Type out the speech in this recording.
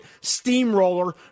steamroller